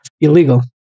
illegal